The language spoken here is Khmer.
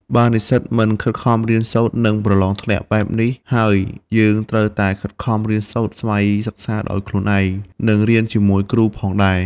បើនិស្សិតមិនខិតខំរៀនសូត្រ នឹងប្រឡងធ្លាក់ បែបនេះហើយយើងត្រូវតែខិតខំរៀនសូត្រ ស្វ័យសិក្សាដោយខ្លួនឯង និងរៀនជាមួយគ្រូផងដែរ។